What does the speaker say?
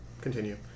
Continue